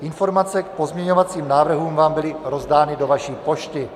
Informace k pozměňovacím návrhům vám byly rozdány do vaší pošty.